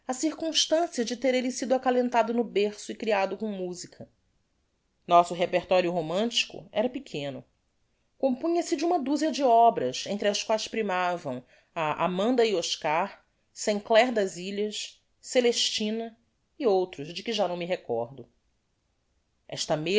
de ter elle sido acalentado no berço e criado com musica nosso repertorio romantico era pequeno compunha-se de uma duzia de obras entre as quaes primavam a amanda e oscar saint clair das ilhas celestina e outros de que já não me recordo esta